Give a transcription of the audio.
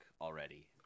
already